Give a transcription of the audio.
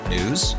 News